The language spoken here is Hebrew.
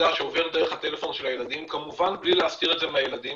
שעובר דרך הטלפון של הילדים כמובן בלי להסתיר את זה מהילדים,